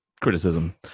criticism